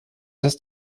dass